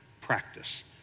practice